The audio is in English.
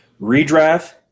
Redraft